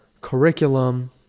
curriculum